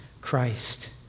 Christ